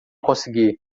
consegui